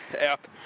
app